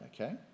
okay